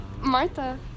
Martha